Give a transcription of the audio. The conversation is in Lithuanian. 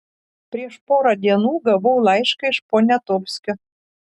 prieš porą dienų gavau laišką iš poniatovskio